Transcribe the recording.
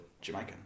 Jamaican